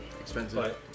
Expensive